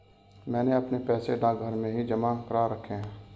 मैंने अपने पैसे डाकघर में ही जमा करा रखे हैं